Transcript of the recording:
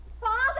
Father